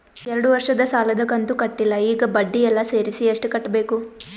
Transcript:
ಎರಡು ವರ್ಷದ ಸಾಲದ ಕಂತು ಕಟ್ಟಿಲ ಈಗ ಬಡ್ಡಿ ಎಲ್ಲಾ ಸೇರಿಸಿ ಎಷ್ಟ ಕಟ್ಟಬೇಕು?